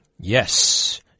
Yes